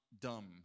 dumb